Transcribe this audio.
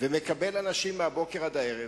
ומקבל אנשים מהבוקר עד הערב,